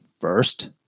First